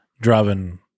driving